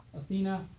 Athena